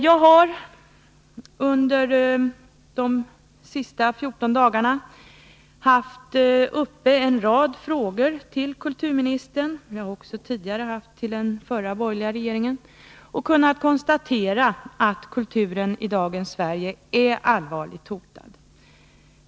Jag har under de senaste 14 dagarna ställt en rad frågor till kulturministern, frågor som jag också tidigare ställde till den borgerliga regeringen. Jag har nämligen konstaterat att kulturen i dagens Sverige är allvarligt hotad.